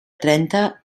trenta